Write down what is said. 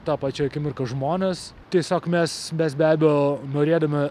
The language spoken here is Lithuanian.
tą pačią akimirką žmonės tiesiog mes mes be abejo norėdami